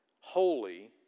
holy